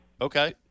Okay